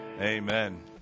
Amen